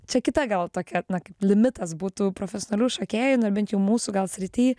čia kita gal tokia na kaip limitas būtų profesionalių šokėjų na bent jau mūsų gal srity